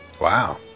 Wow